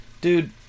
dude